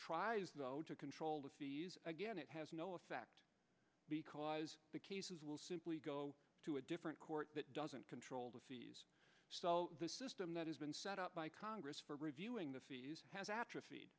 tries to control that again it has no effect because the cases will simply go to a different court that doesn't control the fees so the system that has been set up by congress for reviewing this has atrophied